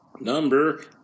Number